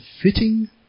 fitting